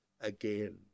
again